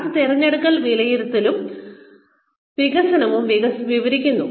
അത് തിരഞ്ഞെടുക്കൽ വിലയിരുത്തലും വികസനവും വിവരിക്കുന്നു